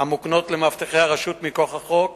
המוקנות למאבטחי הרשות מכוח החוק